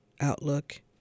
outlook